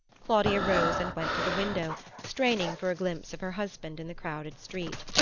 claudia rose and went to the window, straining for a glimpse of her husband in the crowded street.